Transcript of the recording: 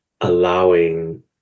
allowing